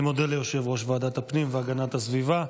אני מודה ליושב-ראש ועדת הפנים והגנת הסביבה.